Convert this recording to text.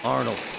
Arnold